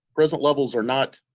present levels are not